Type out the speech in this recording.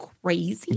crazy